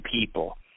people